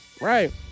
Right